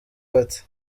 bate